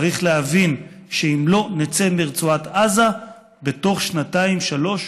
צריך להבין שאם לא נצא מרצועת עזה בתוך שנתיים-שלוש,